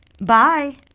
Bye